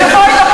תכף אנחנו נוכיח